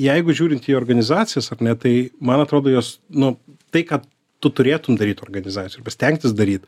jeigu žiūrint į organizacijas ar ne tai man atrodo jos nu tai ką tu turėtum daryt organizacijoj arba stengtis daryt